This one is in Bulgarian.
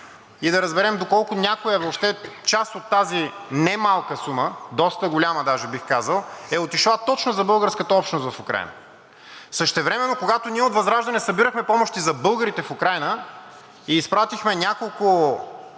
и да разберем, доколко някоя – въобще част от тази немалка сума, доста голяма даже, бих казал, е отишла точно за българската общност в Украйна. Същевременно, когато ние от ВЪЗРАЖДАНЕ събирахме помощи за българите в Украйна и изпратихме няколко